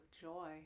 joy